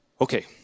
Okay